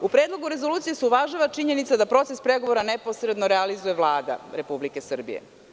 U Predlogu rezolucije se uvažava činjenica da proces pregovora ne posredno realizuje Vlada Republike Srbije.